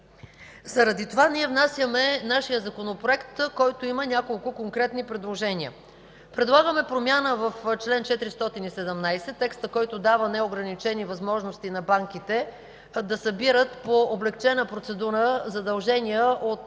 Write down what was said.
Заради това внасяме нашия законопроект, който има няколко конкретни предложения. Предлагаме промяна в чл. 417 – текстът, който дава неограничени възможности на банките да събират по облекчена процедура задължения от